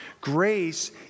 Grace